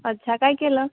अच्छा काय केलं